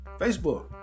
Facebook